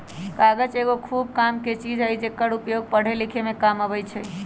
कागज एगो खूब कामके चीज हइ जेकर उपयोग पढ़े लिखे में काम अबइ छइ